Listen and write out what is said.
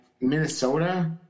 Minnesota